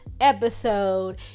episode